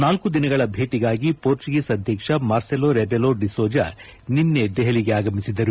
ನಾಲ್ಲು ದಿನಗಳ ಭೇಟಗಾಗಿ ಪೋರ್ಚುಗೀಸ್ ಅಧ್ಯಕ್ಷ ಮಾರ್ಸೆಲೋ ರೆಬೆಲೋ ಡಿಸೋಜಾ ನಿನ್ನೆ ದೆಹಲಿಗೆ ಆಗಮಿಸಿದ್ದರು